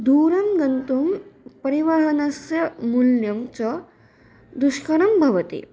दूरं गन्तुं परिवहनस्य मूल्यं च दुष्करं भवति